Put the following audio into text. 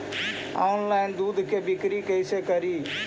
Online दुध के बिक्री कैसे करि?